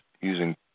using